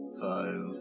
Five